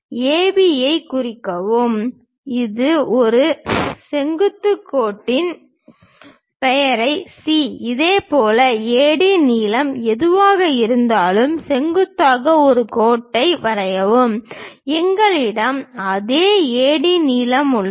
AB ஐக் குறிக்கவும் ஒரு செங்குத்து கோட்டின் பெயரை சி இதேபோல் AD நீளம் எதுவாக இருந்தாலும் செங்குத்தாக ஒரு கோட்டை விடுங்கள் எங்களிடம் அதே AD நீளம் உள்ளது